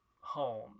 Home